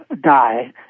die